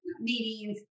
meetings